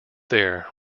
there